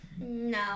No